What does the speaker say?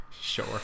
sure